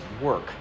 work